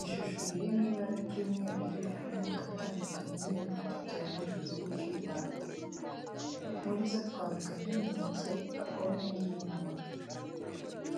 Ishusho riri mu ibara ry'umweru, ririho amoko atandukanye y'imbuto tubona mu Gihugu cy'u Rwanda. Muri zo twavuga nk'imineke, pome n'ibinyomoro.